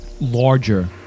larger